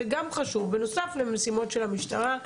זה גם חשוב בנוסף למשימות של המשטרה,